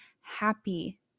happy